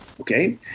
Okay